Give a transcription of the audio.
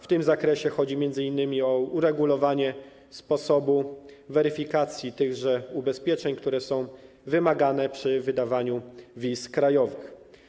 W tym zakresie chodzi m.in. o uregulowanie sposobu weryfikacji tychże ubezpieczeń, które są wymagane przy wydawaniu wiz krajowych.